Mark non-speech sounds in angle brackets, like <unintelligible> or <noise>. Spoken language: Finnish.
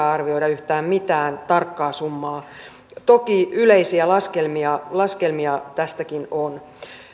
<unintelligible> arvioida yhtään mitään tarkkaa summaa toki yleisiä laskelmia laskelmia tästäkin on